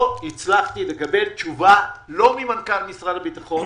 לא הצלחתי לקבל תשובה, לא ממנכ"ל משרד הביטחון,